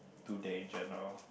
today in general